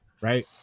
right